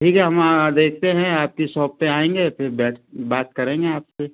ठीक है हम देखते हैं आपकी शॉप पर आएँगे फिर बैठ बात करेंगे आप से